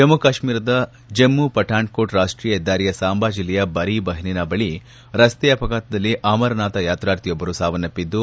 ಜಮ್ಮ ಕಾಶ್ಮೀರದ ಜಮ್ಮ ಪಠಾಣ್ ಕೋಟ್ ರಾಷ್ಟೀಯ ಹೆದ್ದಾರಿಯ ಸಾಂಬಾ ಜಿಲ್ಲೆಯ ಬರಿ ಬ್ರಹ್ಮಿನಾ ಬಳಿ ರಸ್ತೆ ಅಪಘಾತದಲ್ಲಿ ಅಮರನಾಥ ಯಾತ್ರಾರ್ಥಿಯೊಬ್ಬರು ಸಾವನ್ನಪ್ಪಿದ್ದು